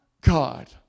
God